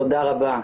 תודה רבה.